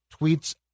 tweets